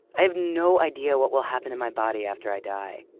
i have no idea what will happen to my body after i die.